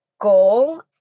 goal